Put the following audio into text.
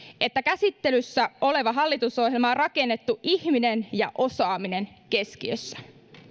että käsittelyssä oleva hallitusohjelma on rakennettu ihminen ja osaaminen keskiössä